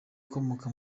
akomoka